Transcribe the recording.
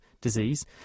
disease